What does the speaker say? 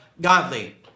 godly